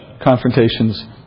Confrontations